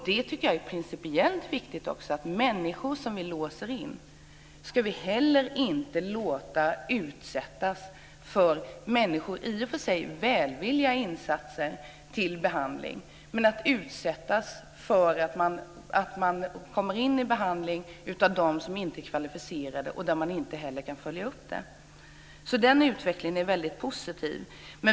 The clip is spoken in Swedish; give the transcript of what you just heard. Det är en viktig princip att vi inte utsätter människor som vi låser in för detta, även om det är välvilliga insatser. De får inte behandlas av personal som inte är kvalificerad och vars verksamhet inte följs upp. Den utvecklingen är väldigt positiv.